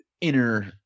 inner